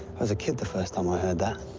i was a kid the first time i heard that.